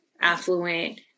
affluent